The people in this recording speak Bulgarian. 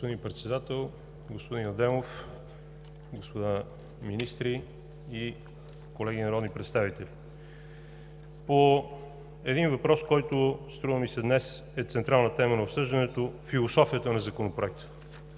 Господин Председател, господин Адемов, господа министри и колеги народни представители! По един въпрос, който, струва ми се, днес е централна тема на обсъждането – философията на Законопроекта.